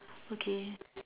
okay